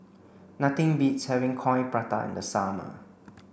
nothing beats having Coin Prata in the summer